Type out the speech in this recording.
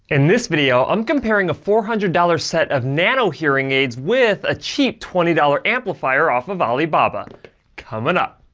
in this video, i'm comparing the four hundred dollars set of nano hearing aids with a cheap, twenty dollars amplifier off of alibaba coming up.